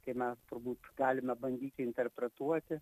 kai mes turbūt galime bandyti interpretuoti